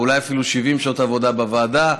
אולי אפילו 70 שעות עבודה בוועדה.